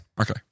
Okay